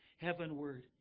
heavenward